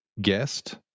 guest